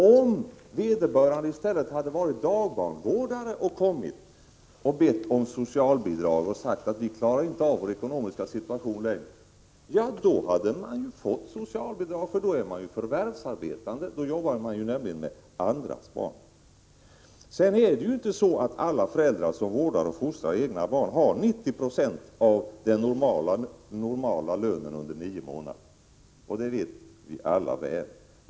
Om vederbörande i stället hade varit dagbarnvårdare och begärt socialbidrag med hänvisning till att familjen inte längre klarade av sin ekonomiska situation, hade han eller hon fått socialbidrag — då är man ju förvärvsarbetande; då jobbar man nämligen med andras barn. Vidare är det inte så att alla föräldrar som vårdar och fostrar egna barn har 90 96 av den normala lönen under nio månader, och det vet vi alla väl.